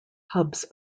hubs